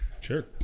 Sure